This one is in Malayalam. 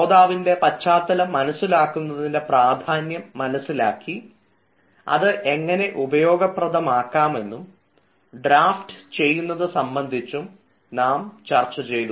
ശ്രോതാവിൻറെ പശ്ചാത്തലം മനസ്സിലാക്കുന്നതിൻറെ പ്രാധാന്യം മനസ്സിലാക്കി അത് എങ്ങനെ ഉപയോഗപ്രദമാക്കാം എന്നും ഡ്രാഫ്റ്റ് ചെയ്യുന്നത് സംബന്ധിച്ചും നാം മനസ്സിലാക്കി